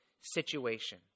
situation